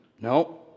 No